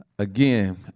Again